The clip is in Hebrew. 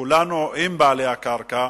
כולנו עם בעלי הקרקע,